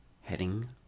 heading